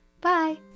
Bye